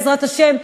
בעזת השם,